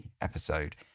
episode